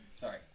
Sorry